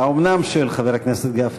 האומנם, שואל חבר הכנסת גפני.